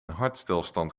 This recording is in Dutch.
hartstilstand